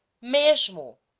mesmo